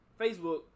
Facebook